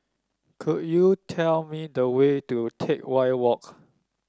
could you tell me the way to Teck Whye Walk